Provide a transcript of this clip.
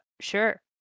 sure